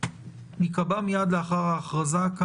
להנחות את